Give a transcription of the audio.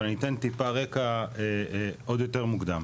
אבל אני אתן טיפה רקע עוד יותר מוקדם.